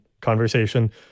conversation